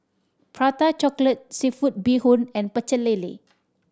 Prata Chocolate seafood bee hoon and Pecel Lele